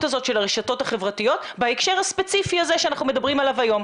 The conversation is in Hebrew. הזאת של הרשתות החברתיות בהקשר הספציפי הזה שאנחנו מדברים עליו היום.